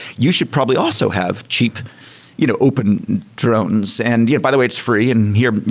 you should probably also have cheap you know open drones. and yeah by the way, it's free, and here,